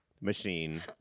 machine